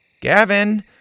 Gavin